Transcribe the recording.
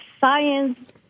science